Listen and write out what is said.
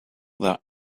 that